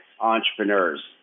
entrepreneurs